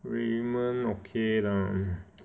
Raymond okay lah